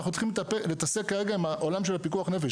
אנחנו צריכים להתעסק כרגע עם העולם של פיקוח נפש.